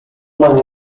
money